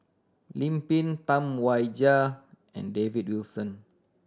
Lim Pin Tam Wai Jia and David Wilson